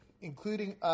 including